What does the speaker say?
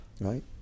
right